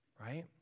Right